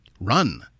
Run